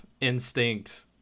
instinct